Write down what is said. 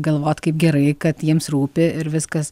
galvot kaip gerai kad jiems rūpi ir viskas